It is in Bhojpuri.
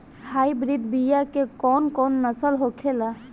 हाइब्रिड बीया के कौन कौन नस्ल होखेला?